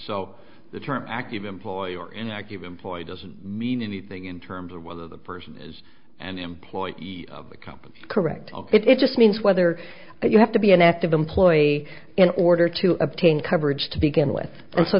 so the term active employee or an active employee doesn't mean anything in terms of whether the person is an employee of the company correct it just means whether you have to be an active employee in order to obtain coverage to begin with so